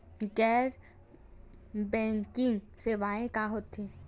गैर बैंकिंग सेवाएं का होथे?